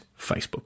facebook